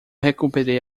recuperei